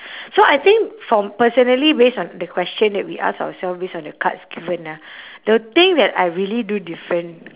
so I think for personally based on the question that we ask ourself based on the cards given ah the thing that I really do different